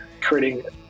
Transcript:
creating